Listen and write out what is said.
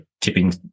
tipping